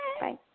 Bye